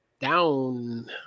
down